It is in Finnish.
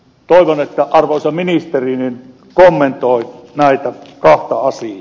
toivon että arvoisa ministeri kommentoi näitä kahta asiaa